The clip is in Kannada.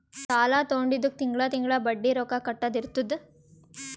ಸಾಲಾ ತೊಂಡಿದ್ದುಕ್ ತಿಂಗಳಾ ತಿಂಗಳಾ ಬಡ್ಡಿ ರೊಕ್ಕಾ ಕಟ್ಟದ್ ಇರ್ತುದ್